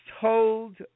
told